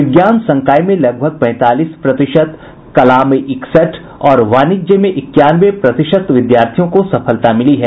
विज्ञान संकाय में लगभग पैंतालीस प्रतिशत कला में इकसठ और वाणिज्य में इक्यानवे प्रतिशत विद्यार्थियों को सफलता मिली है